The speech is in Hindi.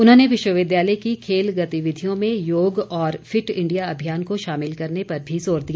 उन्होंने विश्वविद्यालय की खेल गतिविधियों में योग और फिट इंडिया अभियान को शामिल करने पर भी जोर दिया